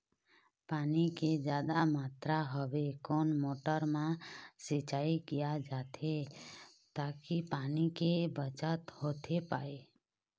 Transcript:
पानी के जादा मात्रा हवे कोन मोटर मा सिचाई किया जाथे ताकि पानी के बचत होथे पाए?